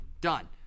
Done